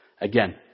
Again